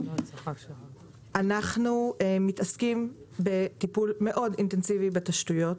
אנחנו מתעסקים בטיפול אינטנסיבי מאוד בתשתיות.